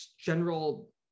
general